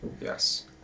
Yes